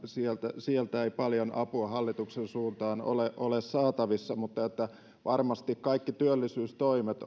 sieltä sieltä ei paljon apua hallituksen suuntaan ole ole saatavissa mutta varmasti kaikki työllisyystoimet